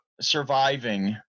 surviving